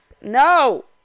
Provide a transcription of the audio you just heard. no